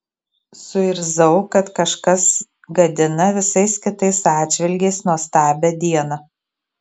suirzau kad kažkas gadina visais kitais atžvilgiais nuostabią dieną